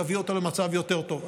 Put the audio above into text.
יביא אותו למצב יותר טוב.